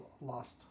lost